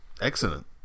excellent